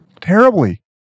Terribly